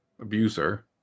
abuser